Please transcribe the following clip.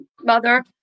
mother